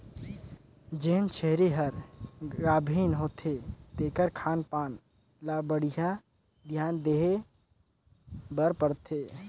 जेन छेरी हर गाभिन होथे तेखर खान पान ल बड़िहा धियान देहे बर परथे